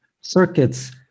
circuits